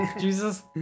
jesus